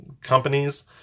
companies